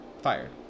fired